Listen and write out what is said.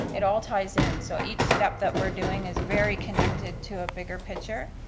it all ties in, so each step that we're doing is very connected to a bigger picture,